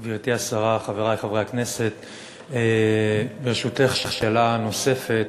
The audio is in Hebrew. גברתי השרה, חברי חברי הכנסת, ברשותך, שאלה נוספת.